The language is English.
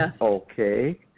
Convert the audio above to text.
okay